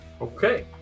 Okay